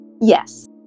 Yes